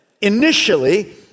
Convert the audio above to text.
initially